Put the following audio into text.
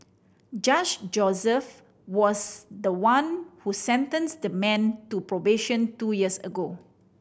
Judge Joseph was the one who sentenced the man to probation two years ago